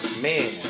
man